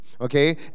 Okay